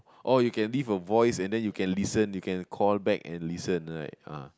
orh you can leave a voice and then you can listen you can call back and listen right ah